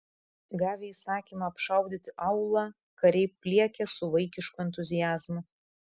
gavę įsakymą apšaudyti aūlą kariai pliekia su vaikišku entuziazmu